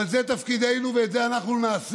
אבל זה תפקידנו, ואת זה אנחנו נעשה